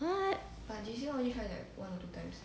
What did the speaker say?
what